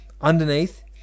underneath